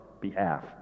behalf